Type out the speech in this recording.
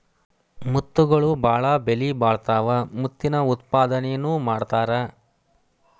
ಮುತ್ತುಗಳು ಬಾಳ ಬೆಲಿಬಾಳತಾವ ಮುತ್ತಿನ ಉತ್ಪಾದನೆನು ಮಾಡತಾರ